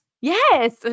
yes